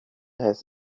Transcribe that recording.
has